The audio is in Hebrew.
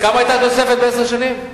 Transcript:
כמה היתה התוספת לעשר שנים?